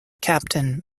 captain